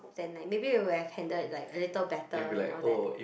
then like maybe you would have handled like a little better and all that